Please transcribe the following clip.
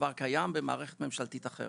שכבר קיים במערכת ממשלתית אחרת,